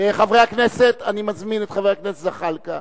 חברי הכנסת, אני מזמין את חבר הכנסת זחאלקה,